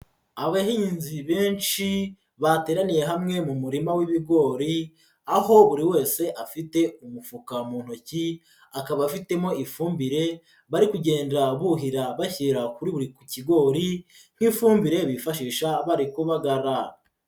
Abahinzi benshi bateraniye hamwe mu murima w'ibigori, aho buri wese afite umufuka mu ntoki, akaba afitemo ifumbire bari kugenda buhira bashyira kuri buri kigori nk'ifumbire bifashisha bari kubagara.